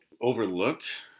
overlooked